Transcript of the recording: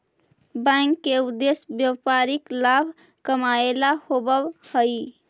bank के उद्देश्य व्यापारिक लाभ कमाएला होववऽ हइ